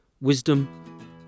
Wisdom